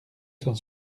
cent